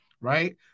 right